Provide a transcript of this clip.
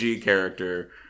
character